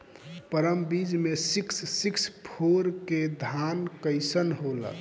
परमल बीज मे सिक्स सिक्स फोर के धान कईसन होला?